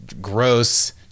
gross